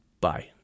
Bye